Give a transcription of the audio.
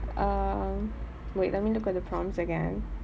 uh wait let me look at the prompts again